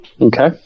Okay